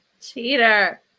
Cheater